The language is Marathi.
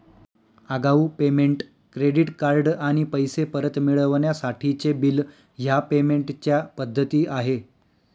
आगाऊ पेमेंट, क्रेडिट कार्ड आणि पैसे परत मिळवण्यासाठीचे बिल ह्या पेमेंट च्या पद्धती आहे